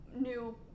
new